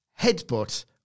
headbutt